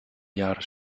jaren